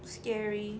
scary